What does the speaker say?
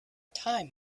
time